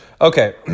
Okay